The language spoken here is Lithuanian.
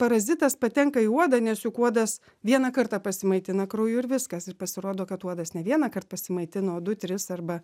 parazitas patenka į odą nes juk uodas vieną kartą pasimaitina krauju ir viskas ir pasirodo kad uodas ne vienąkart pasimaitina o du tris arba